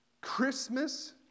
Christmas